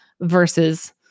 versus